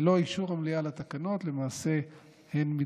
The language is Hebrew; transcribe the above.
ללא אישור המליאה לתקנות הן למעשה מתבטלות,